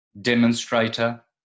demonstrator